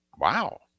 wow